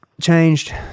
changed